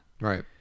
Right